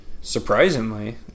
Surprisingly